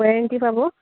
warranty পাব